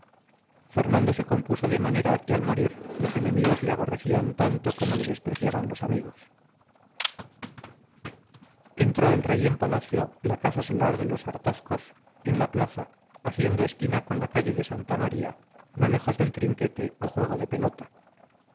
fernando se compuso de manera que al morir los enemigos le aborrecían tanto como le despreciaban los amigos entró el rey en palacio la casa solar de los artazcos en la plaza haciendo esquina con la calle de santa maría no lejos del trinquete o juego de pelota